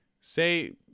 say